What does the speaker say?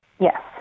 Yes